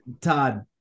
Todd